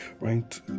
right